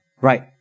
Right